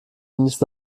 dienst